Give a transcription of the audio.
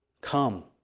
Come